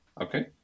okay